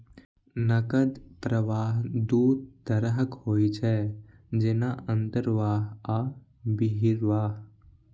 नकद प्रवाह दू तरहक होइ छै, जेना अंतर्वाह आ बहिर्वाह